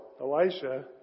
Elisha